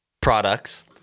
products